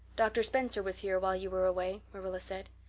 doctor spencer was here while you were away, marilla said.